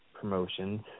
promotions